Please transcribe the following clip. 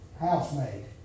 housemaid